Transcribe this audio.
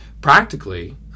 practically